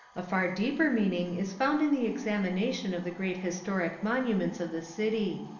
a far deeper meaning is found in the examination of the great historic monuments of the city.